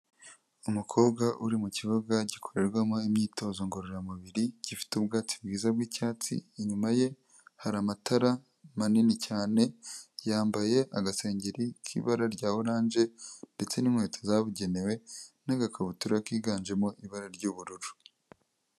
Umukobwa uri mu kibuga gikorerwamo imyitozo ngororamubiri gifite ubwatsi bwiza bw'icyatsi, inyuma ye hari amatara manini cyane yambaye agasengeri k'ibara rya oranje ndetse n'inkweto zabugenewe n'agakabutura kiganjemo ibara ry'ubururu.